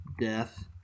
death